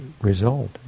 result